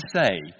say